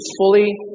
fully